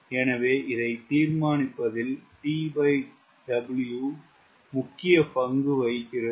எனவேஇதை தீர்மானிப்பதில் TW முக்கிய பங்கு வகிக்கிறது